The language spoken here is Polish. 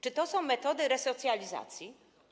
Czy to są metody resocjalizacji?